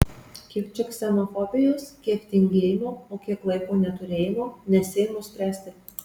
kiek čia ksenofobijos kiek tingėjimo o kiek laiko neturėjimo nesiimu spręsti